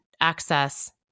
access –